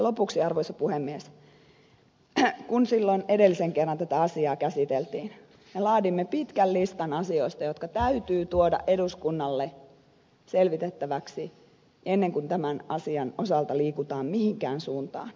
lopuksi arvoisa puhemies kun silloin edellisen kerran tätä asiaa käsiteltiin me laadimme pitkän listan asioista jotka täytyy tuoda eduskunnalle selvitettäväksi ennen kuin tämän asian osalta liikutaan mihinkään suuntaan